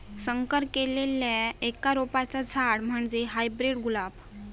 संकर केल्लल्या एका रोपाचा झाड म्हणजे हायब्रीड गुलाब